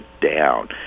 down